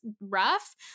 rough